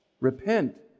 Repent